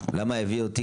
מה הביא אותי,